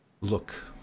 look